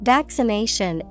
Vaccination